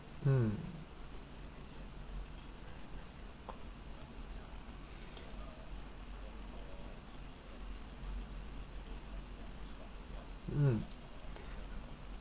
mm mm